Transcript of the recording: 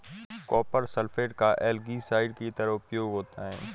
copper sulphate का algicide की तरह उपयोग होता है